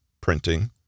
printing